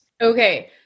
Okay